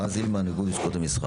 רז הילמן, איגוד לשכות המסחר.